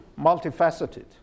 multifaceted